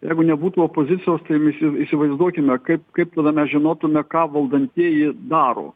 jeigu nebūtų opozicijos tai įsi įsivaizduokime kaip kaip tada mes žinotume ką valdantieji daro